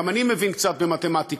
גם אני מבין קצת במתמטיקה.